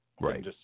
right